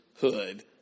hood